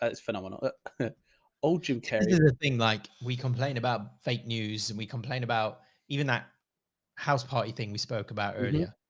ah it's phenomenal old shoe carrier thing. like we complain about fake news and we complain about even that house party thing we spoke about earlier.